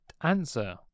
answer